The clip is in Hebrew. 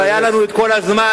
אם היה לנו כל הזמן,